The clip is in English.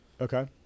Okay